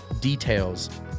details